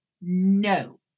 No